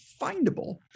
findable